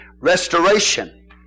restoration